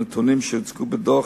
הנתונים שהוצגו בדוח